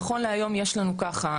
נכון להיום יש לנו ככה,